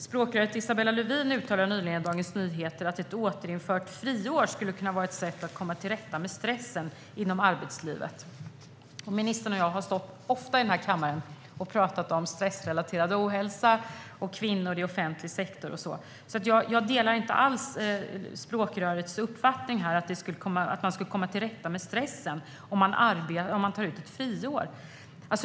Språkröret Isabella Lövin uttalade nyligen i Dagens Nyheter att ett återinförande av friåret skulle kunna vara ett sätt att komma till rätta med stressen inom arbetslivet. Ministern och jag har ofta stått i denna kammare och talat om stressrelaterad ohälsa, kvinnor i offentlig sektor och så vidare. Jag delar alltså inte alls språkrörets uppfattning att man skulle komma till rätta med stressen om människor kan ta ut ett friår.